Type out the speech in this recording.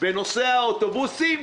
בנושא האוטובוסים.